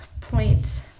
point